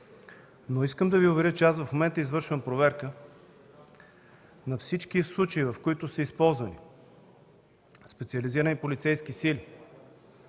Искам да Ви уверя, че в момента извършвам проверка на всички случаи, в които са използвани специализирани полицейски сили,